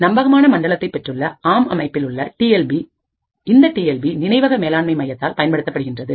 நம்பகமான மண்டலத்தை பெற்றுள்ள ஆம் அமைப்பில் உள்ள டி எல் பி இந்த டி எல் பி நினைவக மேலாண்மை மையத்தால் பயன்படுத்தப்படுகின்றது